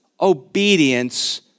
obedience